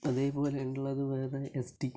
അതേപോലെ ഉള്ളത് വേറെ എസ്റ്റി